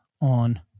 on